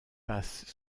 passe